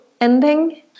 ending